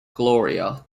gloria